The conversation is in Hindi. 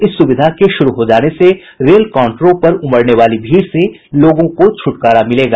इस सुविधा के शुरू हो जाने से रेल काउंटरों पर उमड़ने वाली भीड़ से लोगों को छुटकारा मिलेगा